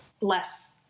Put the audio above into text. less